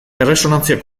erresonantzia